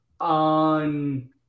on